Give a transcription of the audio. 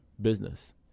business